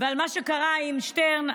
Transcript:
ועל מה שקרה עם שטרן,